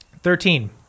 Thirteen